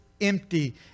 empty